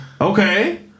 Okay